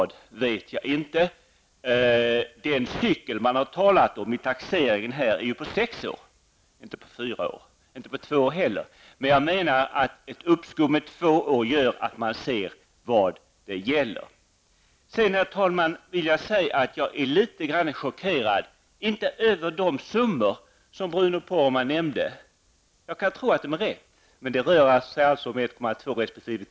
Den cykel man har talat om i taxeringen är på sex år, inte fyra år eller två. Men ett uppskov på två år gör att man ser vad det gäller. Herr talman! Jag är litet grand chockerad, dock inte över de summor som Bruno Poromaa nämnde,1,2 resp. 2,5 miljarder. Jag kan tro att de är riktiga.